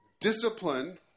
Discipline